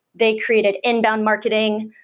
they created inbound marketing.